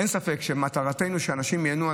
אין ספק שמטרתנו היא שאנשים ייהנו,